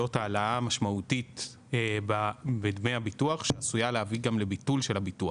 העלאה משמעותית בדמי הביטוח שעשויה להביא לביטול של הביטוח.